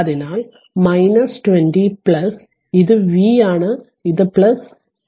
അതിനാൽ 20 ഇത് V ആണ് ഇത് പ്ലസ് മൈനസ് ആണ്